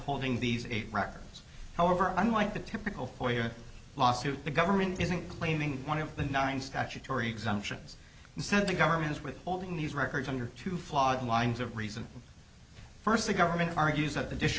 withholding these eight records however unlike the typical for your lawsuit the government isn't claiming one of the nine statutory exemptions something government is withholding these records under two flawed lines of reason first the government argues that the dis